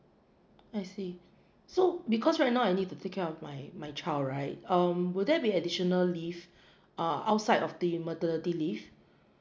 I see so because right now I need to take care of my my child right um will there be additional leave uh outside of the maternity leave